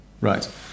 Right